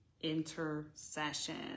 intercession